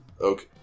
okay